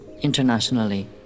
internationally